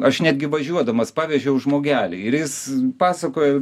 aš netgi važiuodamas pavežiau žmogelį ir jis pasakojo